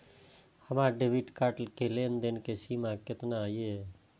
हमार debit card के लेन देन के सीमा केतना ये?